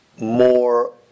more